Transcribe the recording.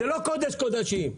זה לא קודש קודשים.